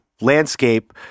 landscape